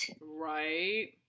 Right